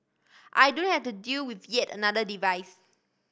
I don't have to deal with yet another device